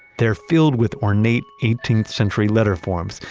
they're filled with ornate eighteenth century letter forms,